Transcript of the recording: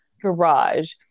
garage